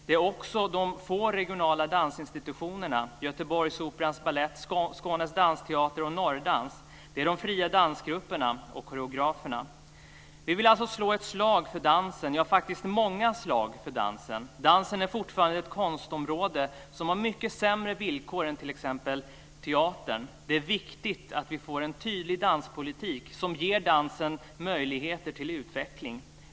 Det är också de få regionala dansinstitutionerna Göteborgsoperans balett, Skånes dansteater och Norrdans. Det är de fria dansgrupperna och koreograferna. Vi vill alltså slå ett slag för dansen, ja faktiskt många slag för dansen. Dansen är fortfarande ett konstområde som har mycket sämre villkor än t.ex. teatern. Det är viktigt att vi får en tydlig danspolitik som ger dansen möjligheter till utveckling.